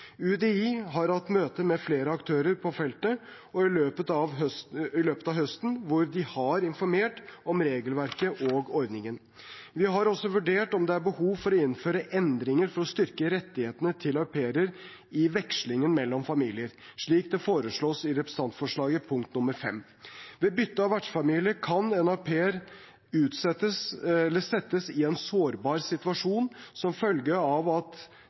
UDI har hatt møter med flere aktører på feltet i løpet av høsten, hvor de har informert om regelverket og ordningen. Vi har også vurdert om det er behov for å innføre endringer for å styrke rettighetene til au pairer i vekslingen mellom familier, slik det foreslås i representantforslagets punkt 5. Ved bytte av vertsfamilie kan au pairer settes i en sårbar situasjon som følge av at